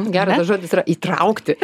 geras tas žodis yra įtraukti